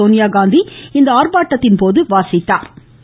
சோனியா காந்தி இந்த ஆர்ப்பாட்டத்தின் போது வாசித்தாா்